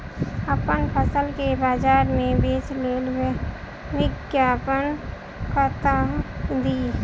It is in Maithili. अप्पन फसल केँ बजार मे बेच लेल विज्ञापन कतह दी?